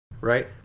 right